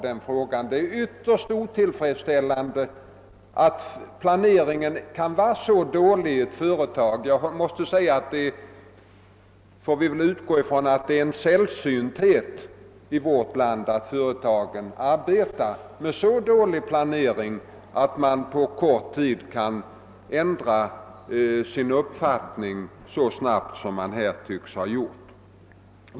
Det är ytterst otillfredsställande att planeringen kan vara så dålig i ett företag. Vi får väl utgå ifrån att det är sällsynt i vårt land, att företag arbetar med så dålig planering, att man på kort tid kan ändra sin uppfattning så snabbt som man här tycks ha gjort.